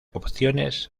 opciones